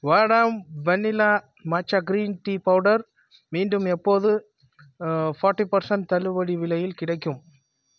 வடம் vanilla matcha green tea powder மீண்டும் எப்போது ஃபாட்டி பர்சன்ட் தள்ளுபடி விலையில் கிடைக்கும்